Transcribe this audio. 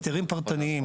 היתרים פרטניים,